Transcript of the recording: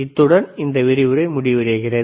இத்துடன் இந்த விரிவுரை முடிவடைகிறது